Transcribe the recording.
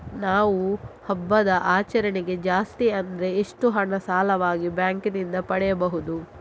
ನಾವು ಹಬ್ಬದ ಆಚರಣೆಗೆ ಜಾಸ್ತಿ ಅಂದ್ರೆ ಎಷ್ಟು ಹಣ ಸಾಲವಾಗಿ ಬ್ಯಾಂಕ್ ನಿಂದ ಪಡೆಯಬಹುದು?